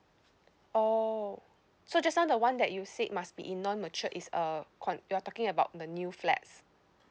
oh so just now the [one] that you said must be in non matured is uh con~ you're talking about the new flats